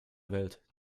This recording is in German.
welt